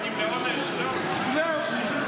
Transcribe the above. --- זהו.